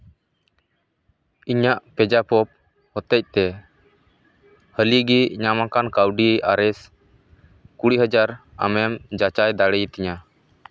ᱤᱧᱟ ᱜ ᱯᱮᱡᱟᱯ ᱦᱚᱛᱮᱛᱮ ᱦᱟᱹᱞᱤᱜᱮ ᱧᱟᱢᱟᱠᱟᱱ ᱠᱟᱹᱣᱰᱤ ᱟᱨᱮᱥ ᱠᱩᱲᱤ ᱦᱟᱡᱟᱨ ᱟᱢᱮᱢ ᱡᱟᱪᱟᱭ ᱫᱟᱲᱮᱭᱟᱛᱤᱧᱟ